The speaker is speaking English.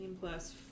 plus